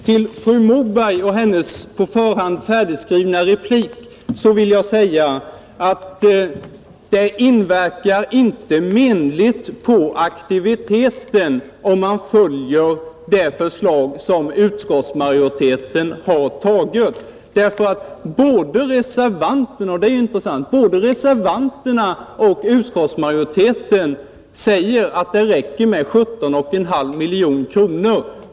Till fru Mogård med hennes på förhand färdigskrivna replik vill jag säga att det inverkar inte menligt på aktiviteten om man följer utskottsmajoritetens förslag, därför att både reservanterna — det är ju intressant — och utskottsmajoriteten säger att det räcker med 17,5 miljoner kronor.